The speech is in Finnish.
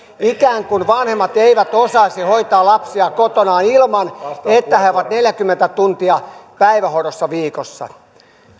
ikään kuin vanhemmat eivät osaisi hoitaa lapsiaan kotonaan ilman että nämä ovat päivähoidossa neljäkymmentä tuntia viikossa